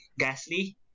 Gasly